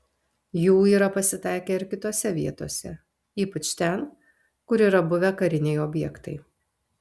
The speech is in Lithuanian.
jų yra pasitaikę ir kitose vietose ypač ten kur yra buvę kariniai objektai